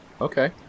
Okay